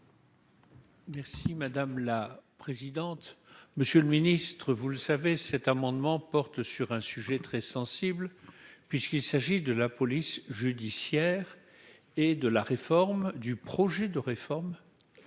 Merci madame la présidente, monsieur le ministre, vous le savez, cet amendement porte sur un sujet très sensible, puisqu'il s'agit de la police judiciaire et de la réforme du projet de réforme